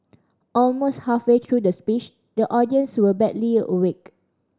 almost halfway through the speech the audience were barely awake